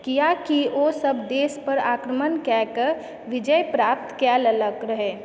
किआकि ओसभ देश पर आक्रमण कएके विजय प्राप्त कए लेलक रहय